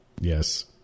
Yes